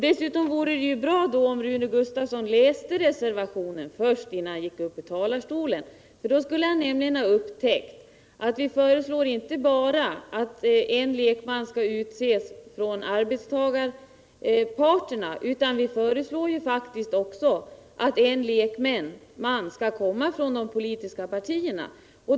Dessutom vore det bra, om Rune Gustavsson läste reservationerna innan han gick upp i talarstolen. Då skulle han nämligen upptäcka att vi inte bara föreslår att det skall utses en lek man från arbetstagarparterna utan faktiskt att en lekman skall komma från de politiska partierna.